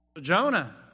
Jonah